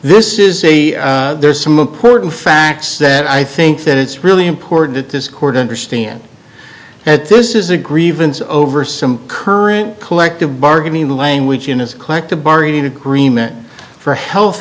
this is a there's some important facts that i think that it's really important at this court understand that this is a grievance over some current collective bargaining language in his collective bargaining agreement for health